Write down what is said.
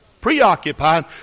preoccupied